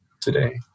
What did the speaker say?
today